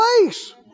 place